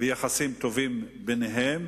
ועל יחסים טובים ביניהם